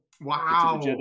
Wow